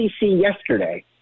yesterday